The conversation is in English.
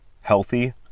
healthy